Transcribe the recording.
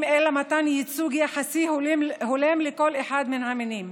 אלא מתן ייצוג יחסי הולם לכל אחד מן המינים.